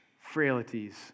frailties